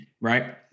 right